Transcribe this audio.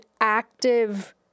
active